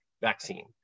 vaccine